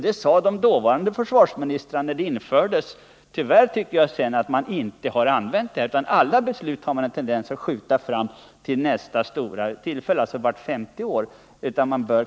Det sade de som var försvarsministrar under de perioder då systemet infördes. Tyvärr har man sedan inte använt den möjligheten, tycker jag, utan man har en tendens att vilja skjuta alla beslut fram till nästa stora tillfälle, alltså vart femte år.